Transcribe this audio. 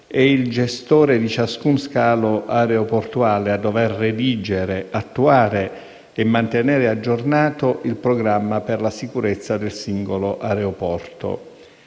è il gestore di ciascuno scalo aeroportuale a dover redigere, attuare e mantenere aggiornato il programma per la sicurezza del singolo aeroporto.